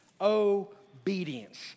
obedience